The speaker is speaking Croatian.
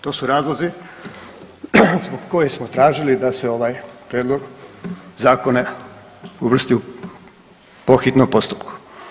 To su razlozi zbog kojih smo tražili da se ovaj Prijedlog zakona uvrsti po hitnom postupku.